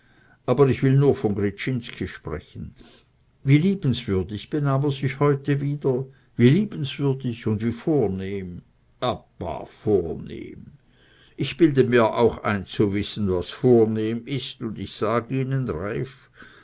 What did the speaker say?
aber ich will nur von gryczinski sprechen wie liebenswürdig benahm er sich heute wieder wie liebenswürdig und wie vornehm ah bah vornehm ich bilde mir auch ein zu wissen was vornehm ist und ich sag ihnen reiff